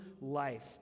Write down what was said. life